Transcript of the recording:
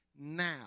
now